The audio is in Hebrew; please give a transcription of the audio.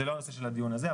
זה לא הנושא של הדיון הזה,